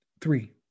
Three